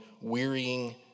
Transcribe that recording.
wearying